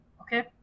okay